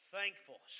Thankful